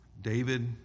David